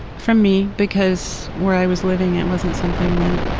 from me because where i was living it wasn't something that,